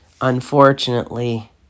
Unfortunately